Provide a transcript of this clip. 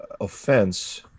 offense